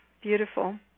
beautiful